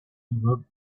about